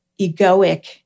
egoic